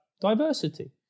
diversity